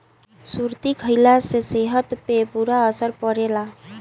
सुरती खईला से सेहत पे बुरा असर पड़ेला